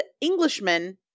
Englishman